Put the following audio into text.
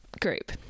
group